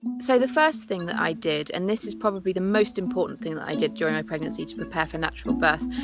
so the first thing that i did, and this is probably the most important thing that i did during my pregnancy to prepare for natural birth,